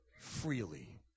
freely